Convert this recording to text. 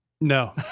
No